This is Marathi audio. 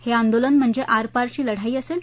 हे आंदोलन म्हणजे आरपारची लढाई असेल